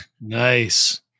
Nice